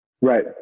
Right